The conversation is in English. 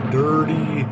dirty